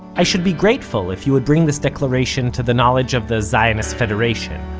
i should be grateful if you would bring this declaration to the knowledge of the zionist federation.